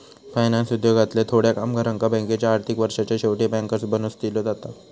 finance उद्योगातल्या थोड्या कामगारांका बँकेच्या आर्थिक वर्षाच्या शेवटी बँकर्स बोनस दिलो जाता